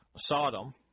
Sodom